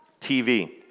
TV